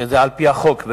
שזה על-פי החוק,